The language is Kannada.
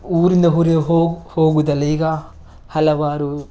ಊರಿಂದ ಊರಿಗೆ ಹೋಗಿ ಹೋಗುವುದಲ್ಲ ಈಗ ಹಲವಾರು